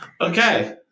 Okay